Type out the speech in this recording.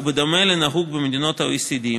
ובדומה לנהוג במדינות ה-OECD,